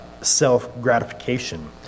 self-gratification